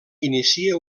inicia